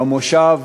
במושב,